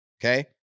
Okay